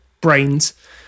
brains